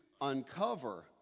uncover